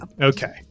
Okay